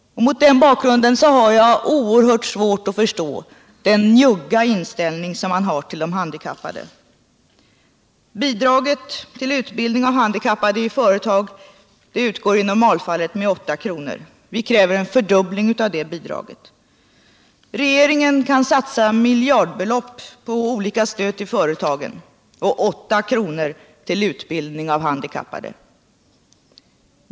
Mot denna bakgrund har jag oerhört svårt att förstå den njugga inställning som man har till de handikappade. Bidraget till utbildning av handikappade i företag utgår i normalfallet med 8 kr. Vi kräver en fördubbling av bidraget. Regeringen satsar miljarbelopp på olika slags stöd till företagen — och 8 kr. till utbildning av handikappade.